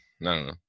no